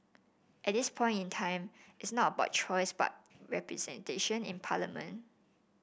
at this point in time it's not about choice but representation in parliament